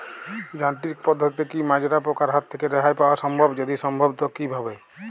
যান্ত্রিক পদ্ধতিতে কী মাজরা পোকার হাত থেকে রেহাই পাওয়া সম্ভব যদি সম্ভব তো কী ভাবে?